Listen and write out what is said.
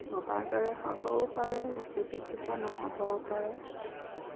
ভবাৰ দৰে হ'বও পাৰে ৰেচিপিটো বা নহ'বও পাৰে